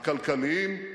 הכלכליים,